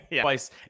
twice